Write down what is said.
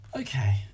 Okay